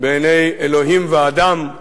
בעיני אלהים ואדם".